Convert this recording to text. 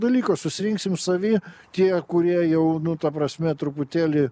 dalyko susirinksim savi tie kurie jau nu ta prasme truputėlį